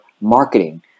marketing